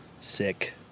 Sick